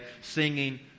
singing